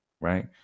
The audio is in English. right